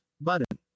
button